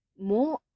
more